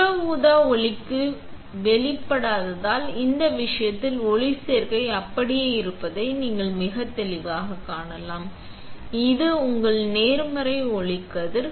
புற ஊதா ஒளிக்கு வெளிப்படாததால் இந்த விஷயத்தில் ஒளிச்சேர்க்கை அப்படியே இருப்பதை நீங்கள் மிகத் தெளிவாகக் காணலாம் இது உங்கள் நேர்மறை ஒளிக்கதிர்